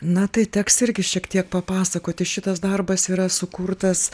na tai teks irgi šiek tiek papasakoti šitas darbas yra sukurtas